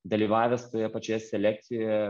dalyvavęs toje pačioje selekcijoje